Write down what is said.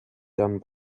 done